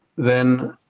then